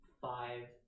five